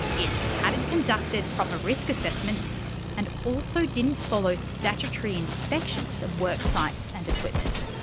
it hadn't conducted proper risk assessments and also didn't follow statutory inspections of work sites and equipment.